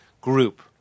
group